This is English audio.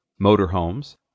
motorhomes